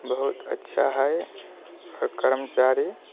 बहुत अच्छा हइ ओ कर्मचारी